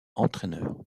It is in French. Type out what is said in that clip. entraîneur